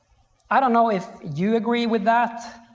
i don't know if you agree with that,